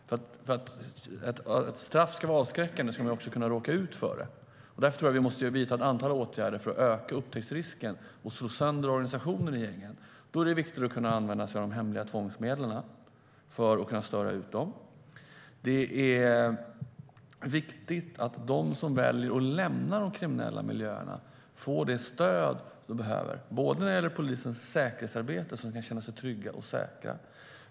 För att ett straff ska vara avskräckande måste man också kunna råka ut för det. Det är också viktigt att de som väljer att lämna de kriminella miljöerna får det stöd de behöver. Det handlar om polisens säkerhetsarbete så att de kan känna sig trygga och säkra.